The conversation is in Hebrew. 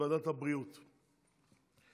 לוועדת הבריאות נתקבלה.